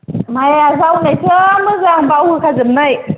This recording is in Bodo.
माइया जावनायसो मोजां बाव होखा जोबनाय